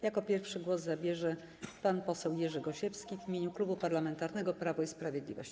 Jako pierwszy głos zabierze pan poseł Jerzy Gosiewski w imieniu Klubu Parlamentarnego Prawo i Sprawiedliwość.